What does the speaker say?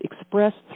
expressed